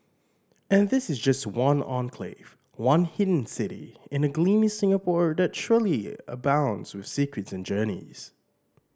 and this is just one enclave one hidden city in a gleaming Singapore that surely abounds with secrets and journeys